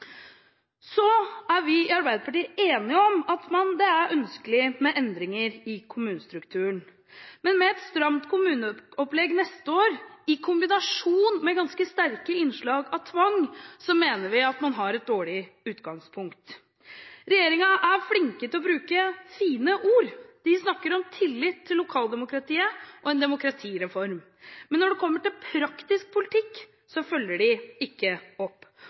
Vi i Arbeiderpartiet er enig i at det er ønskelig med endringer i kommunestrukturen. Men med et stramt kommuneopplegg neste år, i kombinasjon med ganske sterke innslag av tvang, mener vi at man har et dårlig utgangspunkt. Regjeringen er flink til å bruke fine ord. De snakker om tillit til lokaldemokratiet og en demokratireform. Men når det kommer til praktisk politikk, følger de ikke opp.